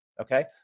okay